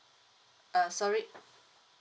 uh sorry